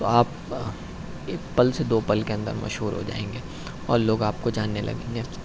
تو آپ ایک پل سے دو پل کے اندر مشہور ہو جائیں گے اور لوگ آپ کو جاننے لگیں گے